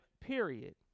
period